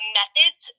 methods